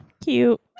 cute